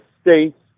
states